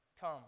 come